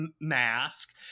mask